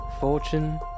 Fortune